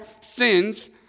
sins